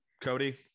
Cody